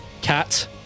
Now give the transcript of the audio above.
Cat